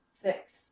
Six